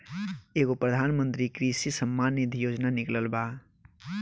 एगो प्रधानमंत्री कृषि सम्मान निधी योजना निकलल बा